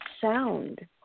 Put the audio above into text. sound